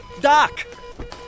Doc